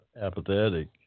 apathetic